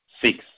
six